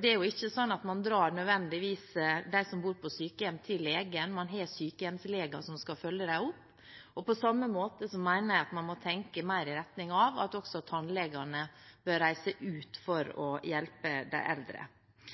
Det er jo ikke slik at de som bor på sykehjem, nødvendigvis drar til legen; man har sykehjemsleger som skal følge dem opp. På samme måte mener jeg at man må tenke mer i retning av at også tannlegene bør reise ut for å hjelpe de eldre.